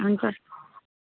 हुन्छ